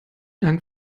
dank